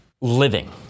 living